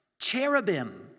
cherubim